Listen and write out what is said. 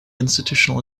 institutional